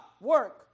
Work